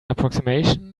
approximation